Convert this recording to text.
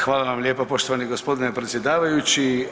Hvala vam lijepa poštovani gospodine predsjedavajući.